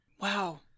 Wow